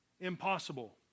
impossible